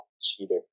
cheater